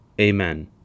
Amen